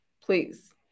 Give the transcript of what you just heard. Please